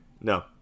No